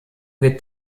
wird